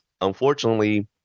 unfortunately